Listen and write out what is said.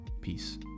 Peace